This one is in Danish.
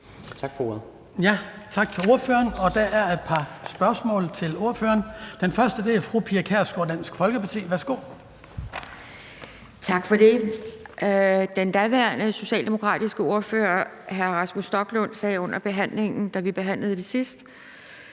Skibby): Tak til ordføreren. Der er et par spørgsmål til ordføreren. Først er det fra fru Pia Kjærsgaard, Dansk Folkeparti. Værsgo. Kl. 14:32 Pia Kjærsgaard (DF): Tak for det. Den daværende socialdemokratiske ordfører hr. Rasmus Stoklund sagde under behandlingen, da vi behandlede det sidst,